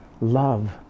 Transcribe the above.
love